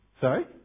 sorry